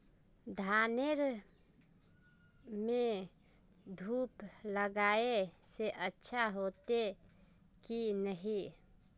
धानेर में धूप लगाए से अच्छा होते की नहीं?